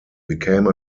became